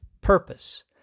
purpose